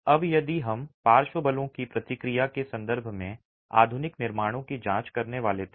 अब यदि हम पार्श्व बलों की प्रतिक्रिया के संदर्भ में आधुनिक निर्माणों की जांच करने वाले थे